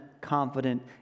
confident